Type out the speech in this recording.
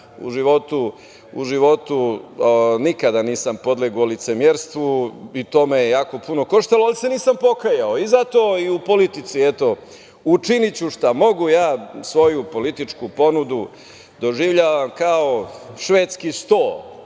U životu nikada nisam podlegao licemerstvu i to me jako puno koštao, ali se nisam pokajao i zato i u politici ću učiniti šta mogu. Ja svoju političku ponudu doživljavam kao švedski sto